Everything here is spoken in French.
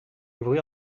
ouvrit